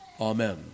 Amen